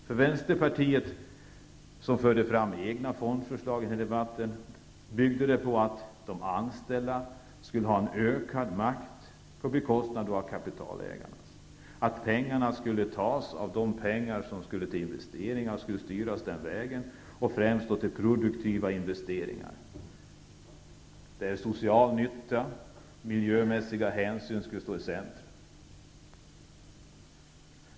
För Vänsterpartiet, som förde fram egna fondförslag i debatten, byggde idéerna på att de anställda skulle ha en ökad makt -- på bekostnad av kapitalägarna. Pengarna skulle tas av de medel som skulle gå till investeringar, de skulle styras den vägen, och främst skulle de gå till produktiva investeringar, där social nytta och miljömässiga hänsyn skulle stå i centrum.